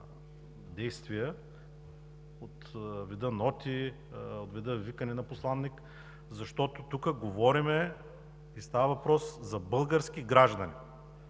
действия от вида на ноти, от вида на викане на посланик, защото тук говорим и става въпрос за български граждани,